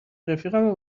رفیقمو